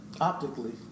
optically